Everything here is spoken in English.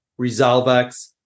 Resolvex